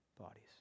bodies